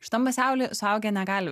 šitam pasauly suaugę negali